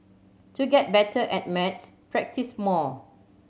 to get better at maths practise more